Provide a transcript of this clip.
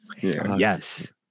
Yes